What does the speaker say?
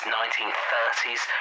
1930s